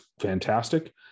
fantastic